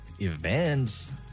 events